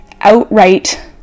outright